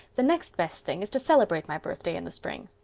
the next best thing is to celebrate my birthday in the spring.